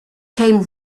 came